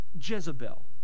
Jezebel